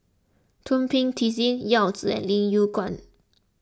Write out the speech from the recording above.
Thum Ping Tjin Yao Zi and Lim Yew Kuan